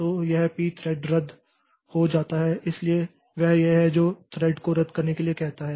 तो यह पी थ्रेडरद्द हो जाता है इसलिए यह वह है जो थ्रेड को रद्द करने के लिए कहता है